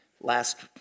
last